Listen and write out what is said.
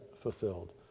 fulfilled